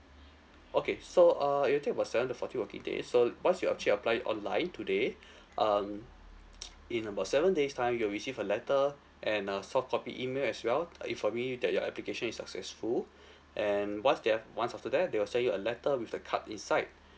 okay so err it'll take about seven to fourteen working day so once you actually apply it online today um in about seven days' time you'll receive a letter and a soft copy email as well uh informing you that your application is successful and once they have once after that they'll send you a letter with the card inside